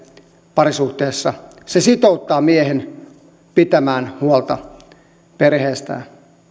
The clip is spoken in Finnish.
parisuhteessa se sitouttaa miehen pitämään huolta perheestään